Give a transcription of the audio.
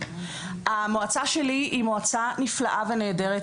המועצה שלי היא מועצה נפלאה ונהדרת,